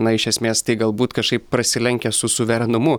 na iš esmės tai galbūt kažkaip prasilenkia su suverenumu